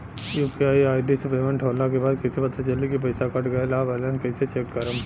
UPI ID से payment होला के बाद कइसे पता चली की पईसा कट गएल आ बैलेंस कइसे चेक करम?